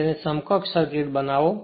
તેની સમકક્ષ સર્કિટબનાવો